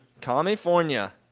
California